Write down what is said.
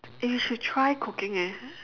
eh you should try cooking eh